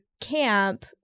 camp